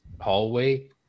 hallway